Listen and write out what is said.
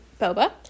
boba